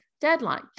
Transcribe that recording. deadline